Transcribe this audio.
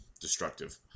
destructive